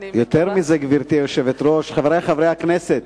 יותר מזה, גברתי היושבת-ראש, חברי חברי הכנסת,